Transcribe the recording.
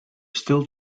still